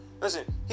Listen